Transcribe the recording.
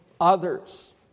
others